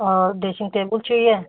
और dressing table चाहिए